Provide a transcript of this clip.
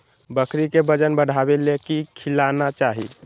बकरी के वजन बढ़ावे ले की खिलाना चाही?